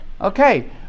okay